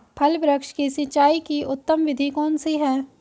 फल वृक्ष की सिंचाई की उत्तम विधि कौन सी है?